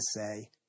say